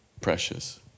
precious